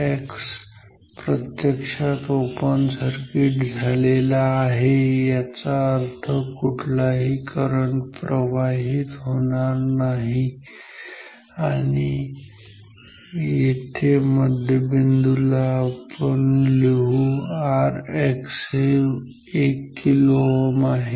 Rx प्रत्यक्षात open circuit झालेला आहे याचा अर्थ कुठलाही करंट प्रवाहित होणार नाही ही आणि येथे मध्यबिंदू ला आपण लिहू Rinternal हे 1 kΩ आहे